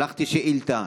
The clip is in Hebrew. שלחתי שאילתה,